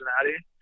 Cincinnati